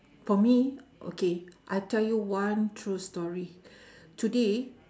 for me okay I tell you one true story today